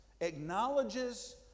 acknowledges